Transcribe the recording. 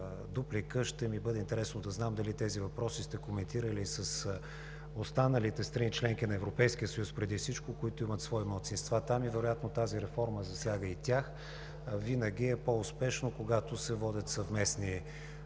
дуплика, ще ми бъде интересно да знам дали сте коментирали тези въпроси и с останалите страни – членки на Европейския съюз, преди всичко, които имат свои малцинства там и вероятно тази реформа засяга и тях. Винаги е по-успешно, когато се водят съвместни